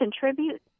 contribute